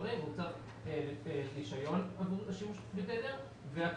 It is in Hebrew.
הוא צריך רישיון עבור השימוש בתדר והקצאה.